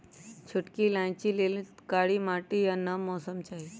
छोटकि इलाइचि लेल कारी माटि आ नम मौसम चाहि